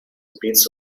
bits